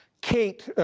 Kate